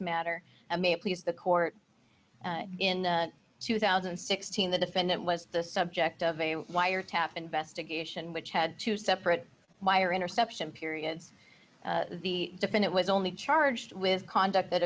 matter and may please the court in two thousand and sixteen the defendant was the subject of a wiretap investigation which had two separate wire interception periods the defendant was only charged with conduct that